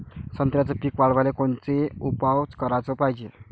संत्र्याचं पीक वाढवाले कोनचे उपाव कराच पायजे?